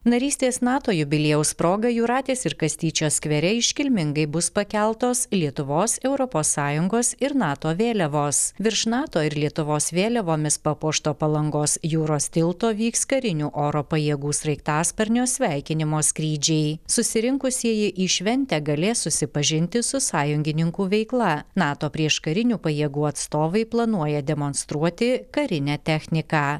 narystės nato jubiliejaus proga jūratės ir kastyčio skvere iškilmingai bus pakeltos lietuvos europos sąjungos ir nato vėliavos virš nato ir lietuvos vėliavomis papuošto palangos jūros tilto vyks karinių oro pajėgų sraigtasparnio sveikinimo skrydžiai susirinkusieji į šventę galės susipažinti su sąjungininkų veikla nato prieškarinių pajėgų atstovai planuoja demonstruoti karinę techniką